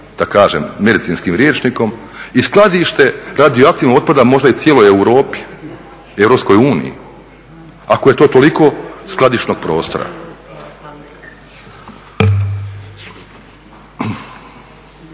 da kažem medicinskim rječnikom i skladište radioaktivnog otpada možda i cijeloj Europi, Europskoj uniji ako je to toliko skladišnog prostora.